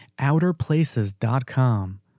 Outerplaces.com